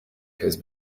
has